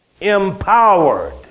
empowered